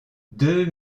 deux